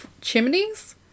chimneys